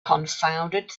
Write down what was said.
confounded